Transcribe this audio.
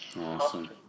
Awesome